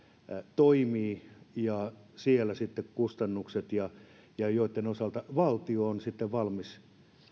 toimii ja siellä sitten kustannusten osalta valtio on valmis